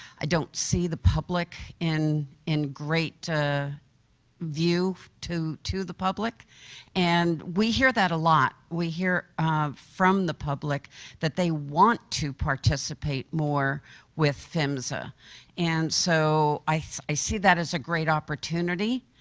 i don't see the public in in great view to to the public and we hear that a lot. we hear um from the public that they want to participate more with phmsa and so i see i see that as great opportunity